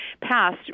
passed